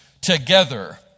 together